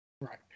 Right